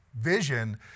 vision